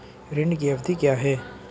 ऋण की अवधि क्या है?